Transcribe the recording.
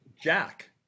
jack